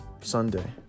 Sunday